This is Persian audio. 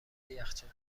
یخچال